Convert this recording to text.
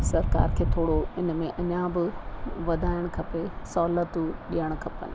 सरकार खे थोरो इन में अञा बि वधाइणु खपे सहुलतियूं ॾियणु खपनि